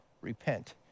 repent